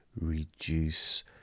reduce